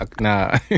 nah